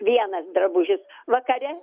vienas drabužis vakare